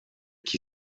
qui